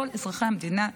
כל אזרחי המדינה,